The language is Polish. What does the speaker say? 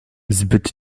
zbyt